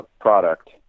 product